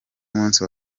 w’umunsi